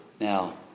Now